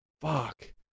fuck